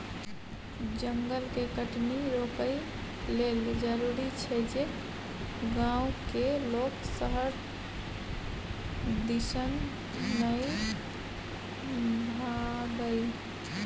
जंगल के कटनी रोकइ लेल जरूरी छै जे गांव के लोक शहर दिसन नइ भागइ